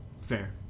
fair